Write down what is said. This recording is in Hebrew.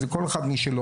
זה כל אחד משלו.